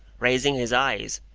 raising his eyes,